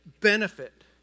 benefit